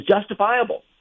justifiable